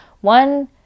one